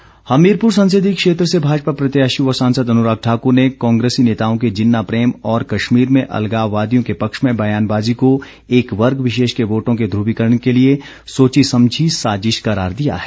अनुराग ठाकुर हमीरपुर संसदीय क्षेत्र से भाजपा प्रत्याशी व सांसद अनुराग ठाक्र ने कांग्रेसी नेताओं के जिन्ना प्रेम और कश्मीर में अलगाववादियों के पक्ष में बयानबाजी को एक वर्ग विशेष के वोटों के ध्रवीकरण के लिए सोची समझी साज़िश करार दिया है